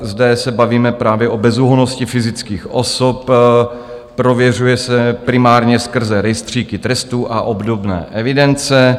Zde se bavíme právě o bezúhonnosti fyzických osob prověřuje se primárně skrze rejstříky trestů a obdobné evidence.